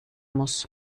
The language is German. muss